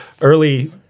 early